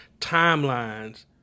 timelines